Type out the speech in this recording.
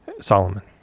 solomon